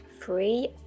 free